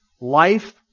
life